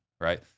right